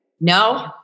No